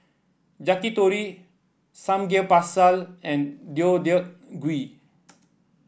Yakitori Samgeyopsal and Deodeok Gui